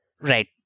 Right